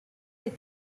est